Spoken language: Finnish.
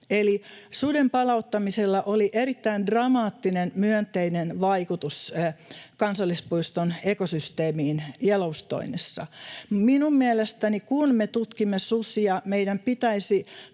Eli suden palauttamisella oli erittäin dramaattinen myönteinen vaikutus kansallispuiston ekosysteemiin Yellowstonessa. Minun mielestäni, kun me tutkimme susia, meidän pitäisi